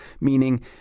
meaning